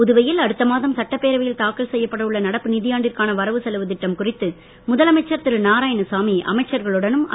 புதுவையில் அடுத்த மாதம் சட்டப்பேரவையில் தாக்கல் செய்யப்பட உள்ள நடப்பு ந நிதியாண்டிற்கான வரவு செலவுத் திட்டம் குறித்து முதலமைச்சர் நாராயணசாமி அமைச்சர்களுடனும் திரு